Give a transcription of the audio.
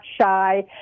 shy